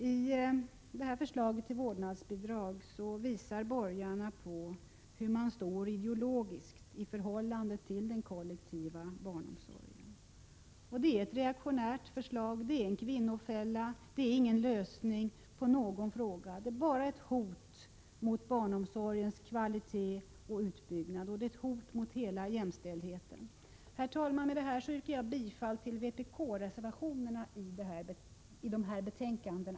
I förslaget till vårdnadsbidrag visar borgarna hur de står ideologiskt i förhållande till den kollektiva barnomsorgen. Det är ett reaktionärt förslag och en kvinnofälla. Det är ingen lösning på någon fråga, utan det är bara ett hot mot barnomsorgens kvalitet och utbyggnad och mot hela jämställdheten. Herr talman! Med detta yrkar jag bifall till vpk-reservationerna i de två betänkandena.